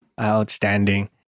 Outstanding